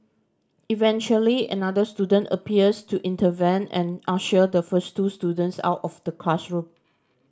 eventually another student appears to intervene and usher the first two students out of the classroom